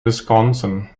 wisconsin